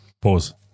Pause